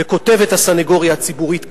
וכותבת הסניגוריה הציבורית כך: